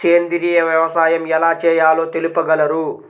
సేంద్రీయ వ్యవసాయం ఎలా చేయాలో తెలుపగలరు?